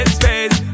space